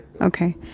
Okay